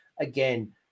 Again